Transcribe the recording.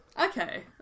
Okay